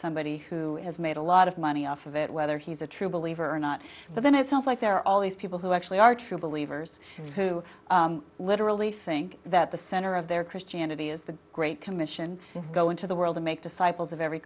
somebody who has made a lot of money off of it whether he's a true believer or not but then it sounds like there are all these people who actually are true believers who literally think that the center of their christianity is the great commission go into the world and make disciples of every